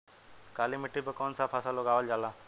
काली मिट्टी पर कौन सा फ़सल उगावल जाला?